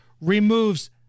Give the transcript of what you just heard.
removes